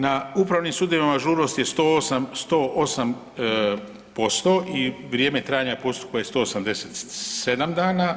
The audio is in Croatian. Na upravnim sudovima ažurnost je 108% i vrijeme trajanja postupka je 187 dana.